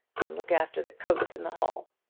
and look after the coats in the hall!